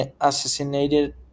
assassinated